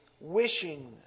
wishing